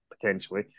potentially